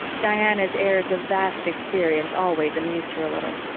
diana's airs of vast experience always amused her a little.